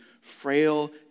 frail